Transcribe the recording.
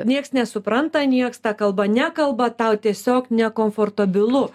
nieks nesupranta nieks ta kalba nekalba tau tiesiog nekomfortabilu